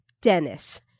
Dennis